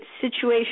situation